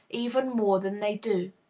even more than they do.